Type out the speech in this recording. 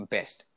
Best